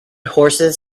horses